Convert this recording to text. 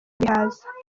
bihaza